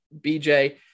BJ